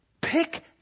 Pick